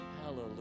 Hallelujah